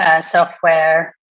software